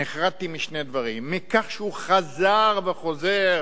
נחרדתי משני דברים: מכך שהוא חזר וחוזר